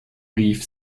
rief